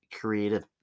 creative